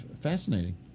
fascinating